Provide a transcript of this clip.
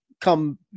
come